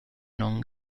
non